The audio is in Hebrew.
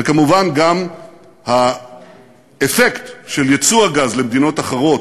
וכמובן גם האפקט של ייצוא הגז למדינות אחרות,